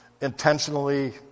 Intentionally